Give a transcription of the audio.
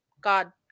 God